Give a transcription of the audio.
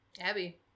Abby